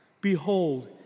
Behold